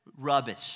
rubbish